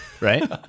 Right